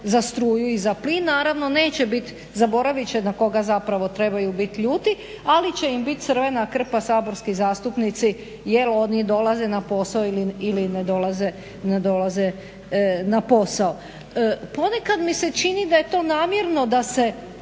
za struju i za plin naravno neće biti, zaboravit će na koga zapravo trebaju biti ljuti ali će im biti crvena krpa saborski zastupnici jel' oni dolaze na posao ili ne dolaze na posao. Ponekad mi se čini da je to namjerno da se